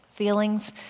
Feelings